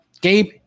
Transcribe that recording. Gabe